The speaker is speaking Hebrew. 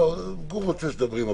גור רוצה שתבהירי לפרוטוקול.